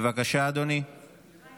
(הוראת